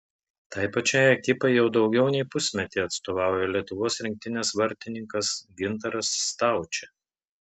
tai pačiai ekipai jau daugiau nei pusmetį atstovauja lietuvos rinktinės vartininkas gintaras staučė